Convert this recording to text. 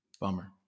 bummer